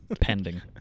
Pending